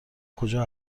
کجا